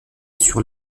sur